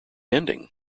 ending